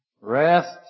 rest